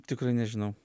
tikrai nežinau